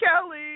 Kelly